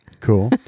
Cool